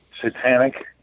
satanic